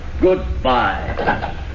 Goodbye